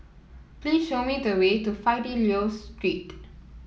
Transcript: please show me the way to Fidelio Street